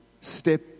step